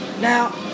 Now